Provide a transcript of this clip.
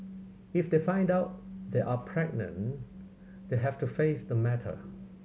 if they find out they are pregnant they have to face the matter